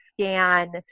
scan